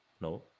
No